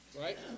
Right